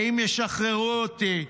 האם ישחררו אותי?